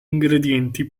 ingredienti